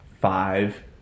five